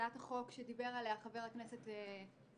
הצעת החוק, שדיבר עליה חבר הכנסת מלכיאלי,